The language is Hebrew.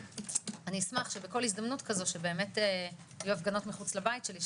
אני אשמח שבכל הזדמנות כזו כשבאמת יהיו הפגנות מחוץ לבית שלי,